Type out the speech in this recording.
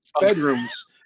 bedrooms